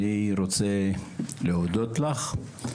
אני רוצה להודות לך,